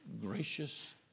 gracious